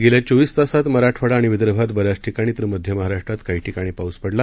गेल्या चोवीस तासात मराठवाडा आणि विदर्भात बऱ्याच ठिकाणी तर मध्य महाराष्ट्रात काही ठिकाणी पाऊस पडला